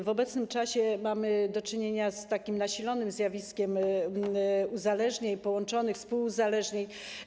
W obecnym czasie mamy do czynienia z nasilonym zjawiskiem uzależnień połączonych, współuzależnień.